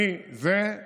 אני אחד